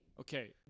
Okay